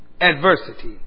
Adversity